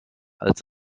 als